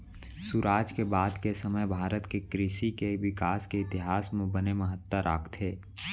सुराज के बाद के समे भारत के कृसि के बिकास के इतिहास म बने महत्ता राखथे